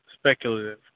speculative